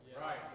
Right